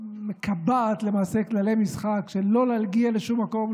מקבעת כללי משחק שך לא להגיע לשום מקום,